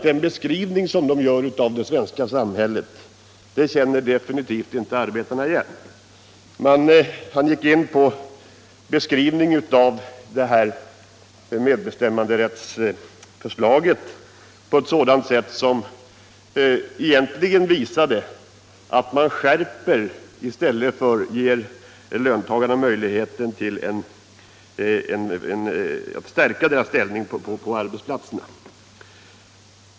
Den beskrivning vpk gör av det svenska samhället känner arbetarna definitivt inte igen! Herr Hagberg gjorde en beskrivning av det här förslaget till lag om medbestämmanderätt som visade att kommunisterna egentligen vill göra skärpningar i stället för att ge löntagarna möjligheter att stärka sin ställning på arbetsplatserna.